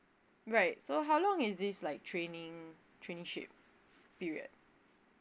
right so how long is this like training trainingship period